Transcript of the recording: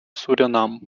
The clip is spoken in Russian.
суринам